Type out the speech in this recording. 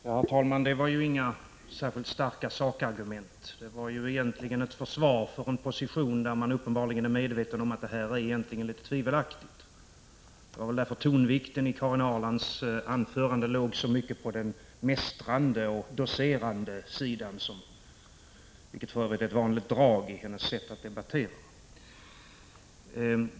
Herr talman! Det var ju inga särskilt starka sakargument som nyss anfördes. Det var ett försvar som visade att Karin Ahrland är medveten om att hennes position egentligen är litet tvivelaktig. Det var väl därför tonvikten i Karin Ahrlands anförande låg så mycket på den mästrande och docerande sidan, vilket för övrigt är ett vanligt drag i hennes sätt att debattera.